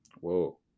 Whoa